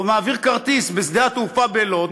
או מעביר כרטיס בשדה התעופה בלוד,